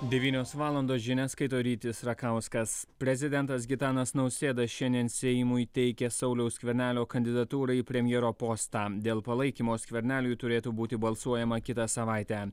devynios valandos žinias skaito rytis rakauskas prezidentas gitanas nausėda šiandien seimui teikia sauliaus skvernelio kandidatūrą į premjero postą dėl palaikymo skverneliui turėtų būti balsuojama kitą savaitę